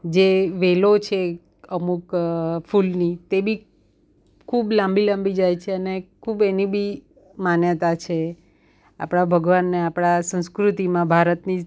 જે વેલો છે અમુક ફૂલની તે બી ખૂબ લાંબી લાંબી જાય છે અને ખૂબ એની બી માન્યતા છે આપણા ભગવાનને આપણાં સંસ્કૃતિમાં ભારતની